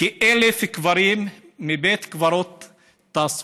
כ-1,000 קברים מבית קברות טאסו,